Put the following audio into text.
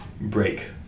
break